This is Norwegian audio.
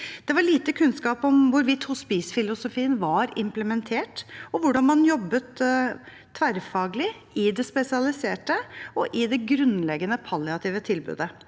Det var lite kunnskap om hvorvidt hospicefilosofien var implementert, og om hvordan man jobbet tverrfaglig, i det spesialiserte og i det grunnleggende palliative tilbudet.